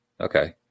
Okay